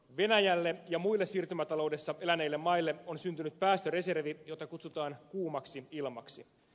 venäjälle ja muille siirtymätaloudessa eläneille maille on syntynyt päästöreservi jota kutsutaan kuumaksi ilmaksi